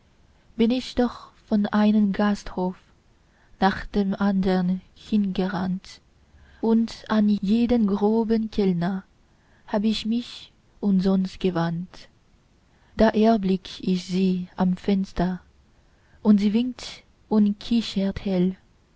bin ich doch von einem gasthof nach dem andern hingerannt und an jeden groben kellner hab ich mich umsonst gewandt da erblick ich sie am fenster und sie winkt und kichert hell